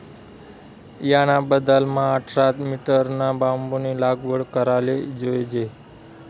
याना बदलामा आठरा मीटरना बांबूनी लागवड कराले जोयजे